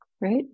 Right